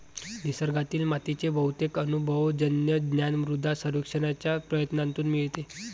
निसर्गातील मातीचे बहुतेक अनुभवजन्य ज्ञान मृदा सर्वेक्षणाच्या प्रयत्नांतून मिळते